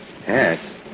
Yes